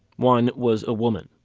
one was a woman,